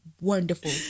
wonderful